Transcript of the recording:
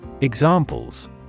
Examples